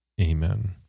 Amen